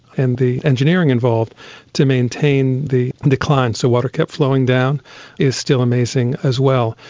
and the engineering involved to maintain the declines so water kept flowing down is still amazing as well.